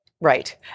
right